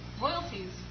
royalties